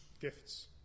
gifts